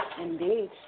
Indeed